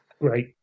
great